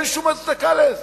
אין שום הצדקה לזה.